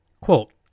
Quote